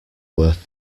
worth